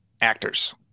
actors